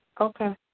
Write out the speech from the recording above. Okay